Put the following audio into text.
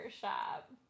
shop